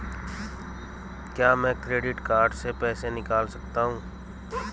क्या मैं credit card से पैसे निकाल सकता हूँ?